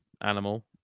animal